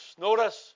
Notice